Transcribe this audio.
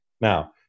Now